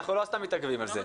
לא סתם אנחנו מתעכבים על זה.